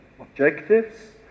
objectives